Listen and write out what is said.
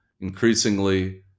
increasingly